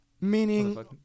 meaning